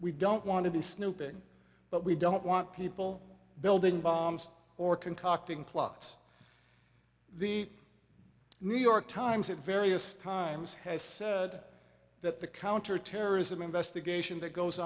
we don't want to be snooping but we don't want people building bombs or concocting plots the new york times at various times has said that the counterterrorism investigation that goes